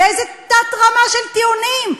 באיזו תת-רמה של טיעונים,